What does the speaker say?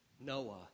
Noah